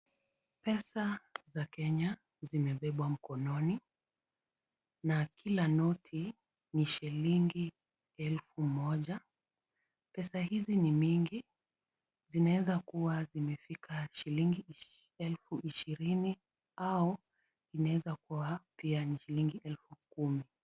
Pesa za Kenya zimebebwa mkononi, na kila noti ni shilingi elfu moja. Pesa hizi ni mingi, zinaeza kuwa zimefika shilingi ishi, elfu ishirini, au zinaeza kuwa pia ni shilingi elfu kumi.